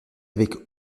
avec